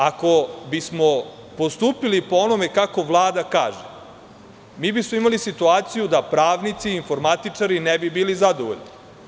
Ako bismo postupili po onome kako Vlada kaže, mi bismo imali situaciju da pravnici, informatičari, ne bi bili zadovoljni.